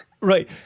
right